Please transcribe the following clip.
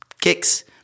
kicks